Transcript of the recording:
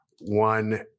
one